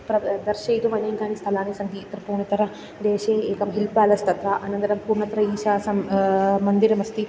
प्रद् दर्शयितुम् अनेकानि स्थलानि सन्ति त्रिपुणितर देशे एकं हिल् पेलस् तथा अनन्तरं पुनःतत्र ईशासं मन्दिरमस्ति